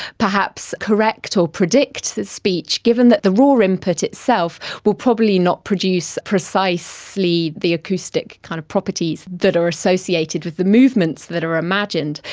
perhaps correct or predict the speech given that the raw input itself will probably not produce precisely the acoustic kind of properties that are associated with the movements that are imagined.